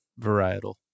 varietal